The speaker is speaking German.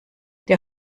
der